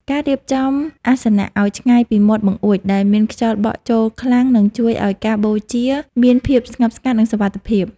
ការរៀបចំអាសនៈឱ្យឆ្ងាយពីមាត់បង្អួចដែលមានខ្យល់បក់ចូលខ្លាំងនឹងជួយឱ្យការបូជាមានភាពស្ងប់ស្ងាត់ និងសុវត្ថិភាព។